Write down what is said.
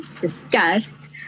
discussed